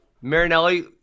Marinelli